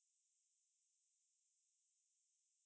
uh do it subtly like by